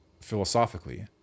philosophically